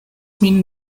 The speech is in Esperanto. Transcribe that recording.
min